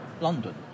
London